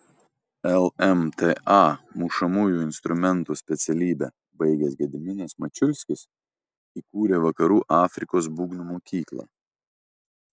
lmta mušamųjų instrumentų specialybę baigęs gediminas mačiulskis įkūrė vakarų afrikos būgnų mokyklą